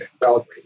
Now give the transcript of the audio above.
Belgrade